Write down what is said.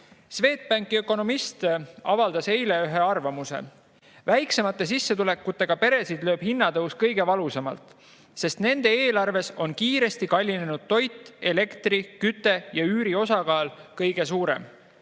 Swedbanki ökonomist avaldas eile ühe arvamuse. Väiksemate sissetulekutega peresid lööb hinnatõus kõige valusamalt, sest nende eelarves on kiiresti kallinenud toit, samuti on elektri, kütte ja üüri osakaal kõige suurem.